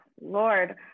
lord